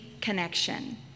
connection